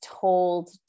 told